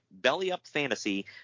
BELLYUPFANTASY